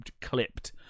clipped